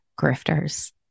grifters